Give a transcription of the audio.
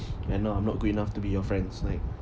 and now I'm not good enough to be your friends like